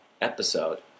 episode